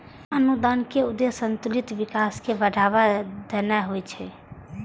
अनुदानक उद्देश्य संतुलित विकास कें बढ़ावा देनाय होइ छै